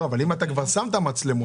אבל אם אתה כבר שם את המצלמות,